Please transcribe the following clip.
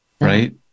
Right